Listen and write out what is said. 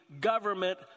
government